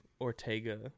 Ortega